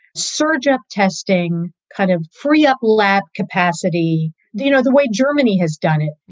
surge up testing, kind of free up lab capacity the you know the way germany has done it.